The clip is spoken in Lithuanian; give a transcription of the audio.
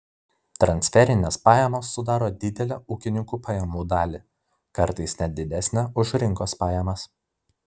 transferinės pajamos sudaro didelę ūkininkų pajamų dalį kartais net didesnę už rinkos pajamas